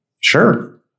Sure